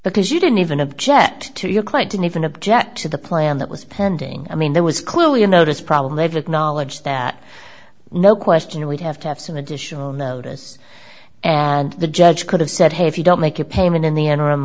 because you didn't even object to your quite didn't even object to the plan that was pending i mean there was clearly a notice problem they've acknowledged that no question it would have to have some additional notice and the judge could have said hey if you don't make a payment in the interim